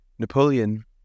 Napoleon